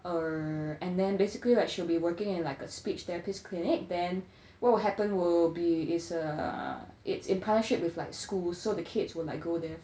err and then basically like she'll be working in like a speech therapist clinic then what will happen will be is err uh it's in partnership with like schools so the kids will like go there